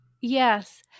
Yes